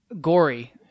gory-